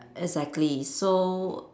exactly so